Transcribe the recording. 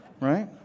Right